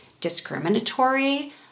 discriminatory